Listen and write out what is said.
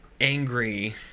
angry